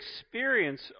experience